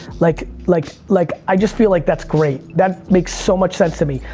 like, like like i just feel like that's great. that makes so much sense to me.